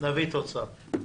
נביא תוצאה,